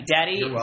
Daddy